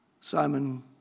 Simon